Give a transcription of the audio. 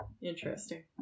Interesting